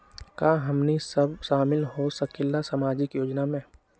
का हमनी साब शामिल होसकीला सामाजिक योजना मे?